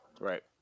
Right